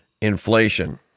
inflation